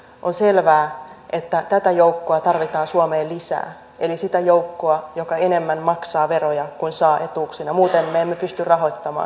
on selvää että tätä joukkoa tarvitaan suomeen lisää eli sitä joukkoa joka enemmän maksaa veroja kuin saa etuuksina muuten me emme pysty rahoittamaan nykyistä hyvinvointivaltiota